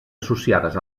associades